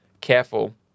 careful